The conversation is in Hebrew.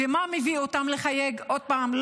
ומה מביא אותם לחייג עוד פעם?